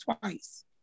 twice